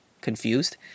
Confused